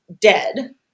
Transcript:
dead